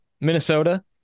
Minnesota